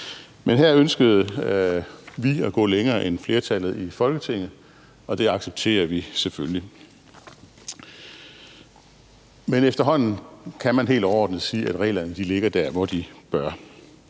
Men her ønskede vi at gå længere end flertallet i Folketinget, og det accepterer vi selvfølgelig. Men efterhånden kan man helt overordnet sige, at reglerne ligger der, hvor de bør.